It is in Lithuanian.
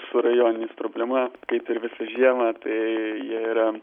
su rajoniniais problema kaip ir visą žiemą tai jie yra